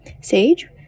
SAGE